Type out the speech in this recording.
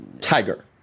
Tiger